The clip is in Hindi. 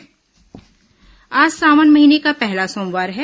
सावन सोमवार आज सावन महीने का पहला सोमवार है